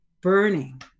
burning